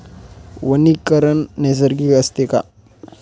वनीकरण नैसर्गिक असते का?